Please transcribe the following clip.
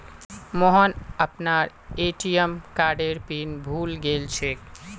मोहन अपनार ए.टी.एम कार्डेर पिन भूले गेलछेक